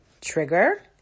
Trigger